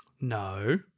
No